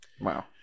Wow